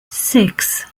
six